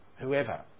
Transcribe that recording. whoever